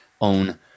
own